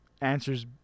answers